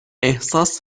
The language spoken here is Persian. احساس